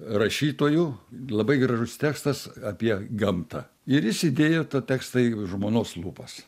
rašytojų labai gražus tekstas apie gamtą ir jis įdėjo tą tekstą į žmonos lūpas